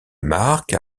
marque